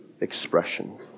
expression